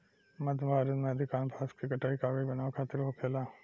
मध्य भारत में अधिकांश बांस के कटाई कागज बनावे खातिर होखेला